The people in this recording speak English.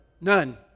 None